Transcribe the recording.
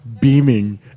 beaming